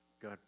Good